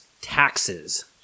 taxes